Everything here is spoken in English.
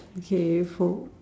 okay for